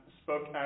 spoke